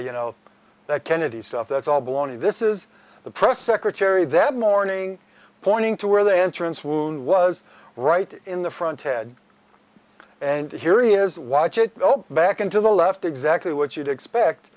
you know that kennedy's stuff that's all baloney this is the press secretary that morning pointing to where the entrance wound was right in the front head and here he is watch it go back into the left exactly what you'd expect